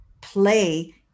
play